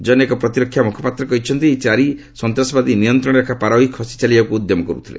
ଜନୈକ ପ୍ରତିରକ୍ଷା ମୁଖପାତ୍ର କହିଛନ୍ତି ଯେ ଏହି ଚାରି ସନ୍ତାସବାଦୀ ନିୟନ୍ତ୍ରଣରେଖା ପାର ହୋଇ ଖସି ଚାଲିଯିବାକୁ ଉଦ୍ୟମ କର୍ତ୍ଥଲେ